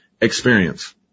experience